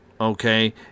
Okay